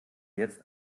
jetzt